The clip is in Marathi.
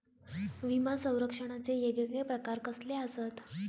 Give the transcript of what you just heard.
विमा सौरक्षणाचे येगयेगळे प्रकार कसले आसत?